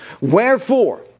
Wherefore